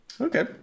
okay